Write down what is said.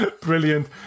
brilliant